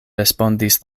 respondis